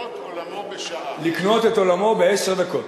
לקנות את עולמו בעשר דקות.